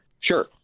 Sure